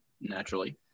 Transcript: naturally